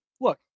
Look